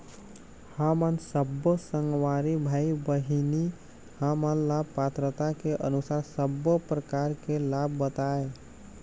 हमन सब्बो संगवारी भाई बहिनी हमन ला पात्रता के अनुसार सब्बो प्रकार के लाभ बताए?